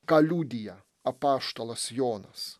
ką liudija apaštalas jonas